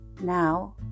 now